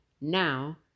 Now